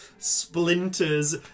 splinters